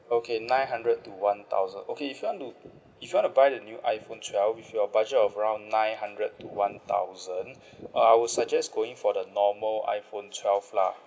okay nine hundred to one thousand okay if you want to if you want to buy the new iPhone twelve with your budget of around nine hundred to one thousand uh I will suggest going for the normal iPhone twelve lah